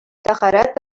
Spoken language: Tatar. тәһарәт